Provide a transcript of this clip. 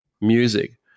music